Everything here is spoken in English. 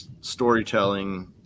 storytelling